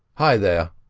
hi there!